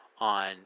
on